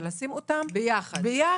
ולשים אותם ביחד,